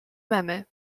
memy